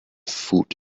food